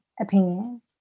opinion